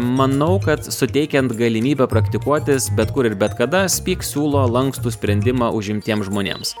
manau kad suteikiant galimybę praktikuotis bet kur ir bet kada speak siūlo lankstų sprendimą užimtiems žmonėms